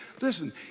Listen